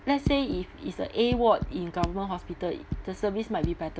let's say if it's a A ward in government hospital it the service might be better